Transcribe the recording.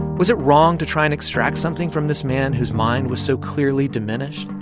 was it wrong to try and extract something from this man whose mind was so clearly diminished,